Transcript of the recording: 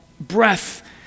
breath